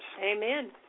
Amen